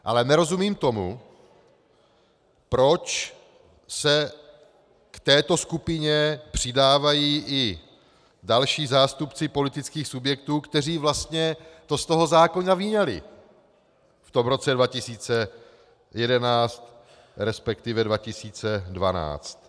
Ale nerozumím tomu, proč se k této skupině přidávají i další zástupci politických subjektů, kteří vlastně to z toho zákona vyňali v tom roce 2011, resp. 2012.